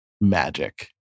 magic